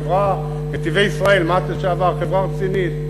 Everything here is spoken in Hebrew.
חברת "נתיבי ישראל", מע"צ לשעבר, היא חברה רצינית.